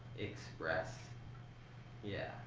express yeah,